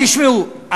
גם של, ?